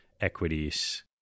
equities